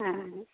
हँ